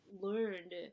learned